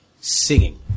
Singing